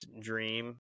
dream